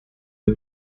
aux